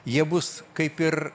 jie bus kaip ir